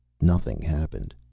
nothing happened.